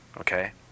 Okay